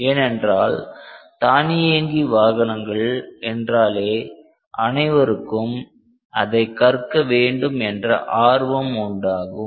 ஏனென்றால் தானியங்கி வாகனங்கள் என்றாலே அனைவருக்கும் அதை கற்க வேண்டும் என்ற ஆர்வம் உண்டாகும்